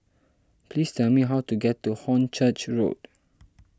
please tell me how to get to Hornchurch Road